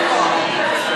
להצבעה.